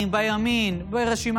חברת הכנסת אימאן ח'טיב,